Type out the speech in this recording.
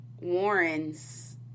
Warren's